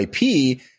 IP